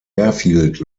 airfield